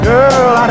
Girl